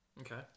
Okay